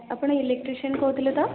ଆପଣ ଇଲେକ୍ଟ୍ରିସିଆନ କହୁଥିଲେ ତ